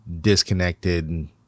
disconnected